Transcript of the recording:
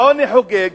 העוני חוגג